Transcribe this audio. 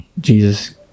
Jesus